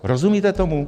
Rozumíte tomu?